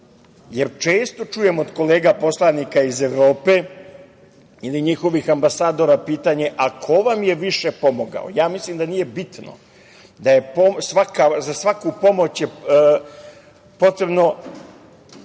jer često čujem od kolega poslanika iz Evrope ili njihovih ambasadora pitanje – ko vam je više pomogao? Mislim da nije bitno, na svakoj pomoći se treba